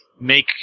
make